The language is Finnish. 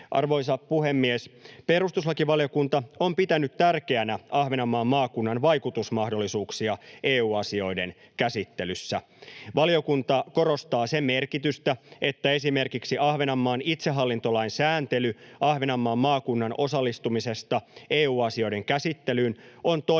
Arvoisa puhemies! Perustuslakivaliokunta on pitänyt tärkeänä Ahvenanmaan maakunnan vaikutusmahdollisuuksia EU-asioiden käsittelyssä. Valiokunta korostaa sen merkitystä, että esimerkiksi Ahvenanmaan itsehallintolain sääntely Ahvenanmaan maakunnan osallistumisesta EU-asioiden käsittelyyn on toimivaa